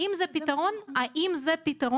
האם זה פתרון אולטימטיבי?